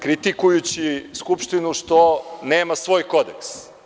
Kritikujući Skupštinu što nema svoj kodeks.